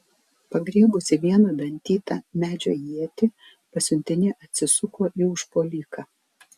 pagriebusi vieną dantytą medžio ietį pasiuntinė atsisuko į užpuoliką